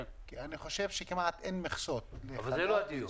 אני חושב שכמעט אין מכסות -- אבל זה לא הדיון.